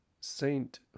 saint